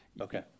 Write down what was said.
Okay